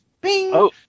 bing